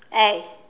eh